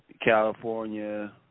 California